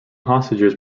hostages